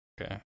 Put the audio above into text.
Okay